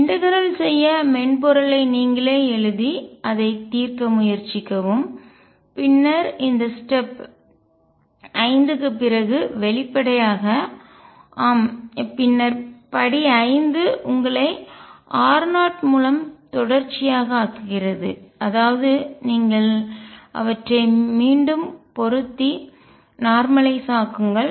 இன்டகரல்ஒருங்கிணைக்க செய்ய மென்பொருளை நீங்களே எழுதி அதை தீர்க்க முயற்சிக்கவும் பின்னர் இந்த ஸ்டெப் படி 5 க்குப் பிறகு வெளிப்படையாக ஆம் பின்னர் படி 5 உங்களைr0 மூலம் தொடர்ச்சியாக ஆக்குகிறது அதாவது நீங்கள் அவற்றை மீண்டும் பொருத்தி நார்மலய்ஸ் ஆக்குங்கள்